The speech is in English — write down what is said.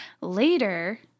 Later